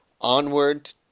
Onward